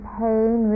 pain